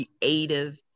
Creative